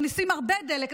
מכניסים הרבה דלק,